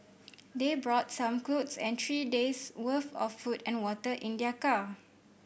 they brought some clothes and three days' worth of food and water in their car